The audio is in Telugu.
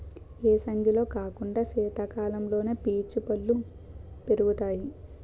ఏసంగిలో కాకుండా సీతకాలంలోనే పీచు పల్లు పెరుగుతాయి